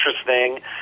interesting